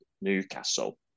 Newcastle